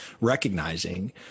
Recognizing